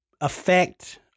affect